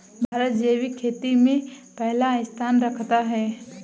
भारत जैविक खेती में पहला स्थान रखता है